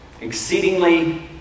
Exceedingly